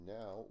now